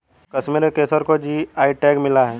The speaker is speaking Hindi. कश्मीर के केसर को जी.आई टैग मिला है